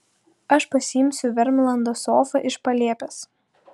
aš pasiimsiu vermlando sofą iš palėpės